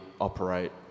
operate